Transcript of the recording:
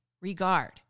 regard